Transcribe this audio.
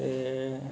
ते